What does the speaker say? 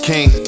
King